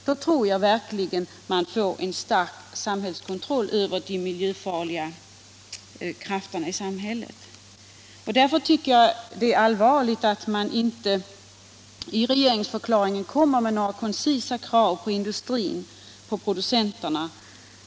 Då tror jag att man får en stark samhällskontroll över de miljöfarliga krafterna i samhället. Därför är det allvarligt att regeringsförklaringen inte framställer några koncisa krav på industrin, på producenterna.